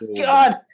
God